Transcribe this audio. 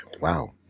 Wow